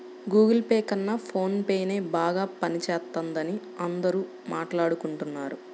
Google Pay కన్నా ఫోన్ పేనే బాగా పనిజేత్తందని అందరూ మాట్టాడుకుంటన్నారు